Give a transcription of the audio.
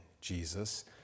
Jesus